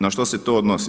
Na što se to odnosi?